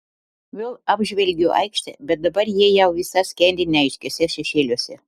vėl apžvelgiu aikštę bet dabar ji jau visa skendi neaiškiuose šešėliuose